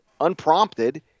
unprompted